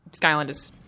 Skylanders